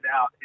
out